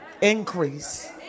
Increase